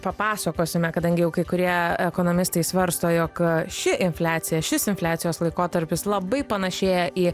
papasakosime kadangi jau kai kurie ekonomistai svarsto jog ši infliacija šis infliacijos laikotarpis labai panašėja į